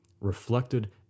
reflected